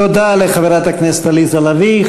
תודה לחברת הכנסת עליזה לביא.